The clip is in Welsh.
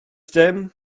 dim